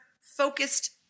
focused